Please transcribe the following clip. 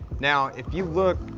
now, if you look,